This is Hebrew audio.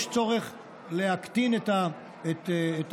יש צורך להקטין את המכס,